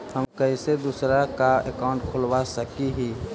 हम कैसे दूसरा का अकाउंट खोलबा सकी ही?